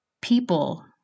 people